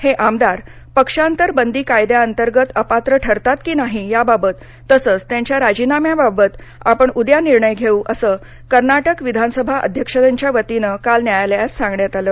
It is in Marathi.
हे आमदार पक्षांतर बंदी कायद्यांतर्गत अपात्र ठरतात की नाही याबाबत तसंच त्यांच्या राजीनाम्याबाबत आपण उद्या निर्णय घेऊ असं कर्नाटक विधानसभा अध्यक्षांच्या वतीनं काल न्यायालयास सांगण्यात आलं